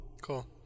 Cool